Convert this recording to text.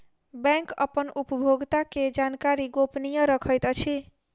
bank अपन उपभोगता के जानकारी गोपनीय रखैत अछि